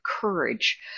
courage